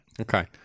Okay